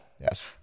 Yes